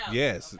yes